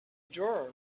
drawer